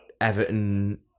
Everton